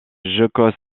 geckos